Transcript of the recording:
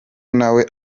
nawe